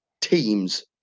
teams